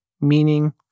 meaning